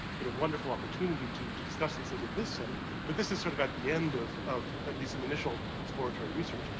but a wonderful opportunity to to discuss these things in this setting, but this is sort of at the end of, at least some initial exploratory research.